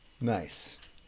Nice